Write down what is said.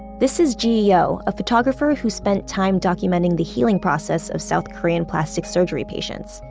this is ji yeo, a photographer who's spent time documenting the healing process of south korean plastic surgery patients.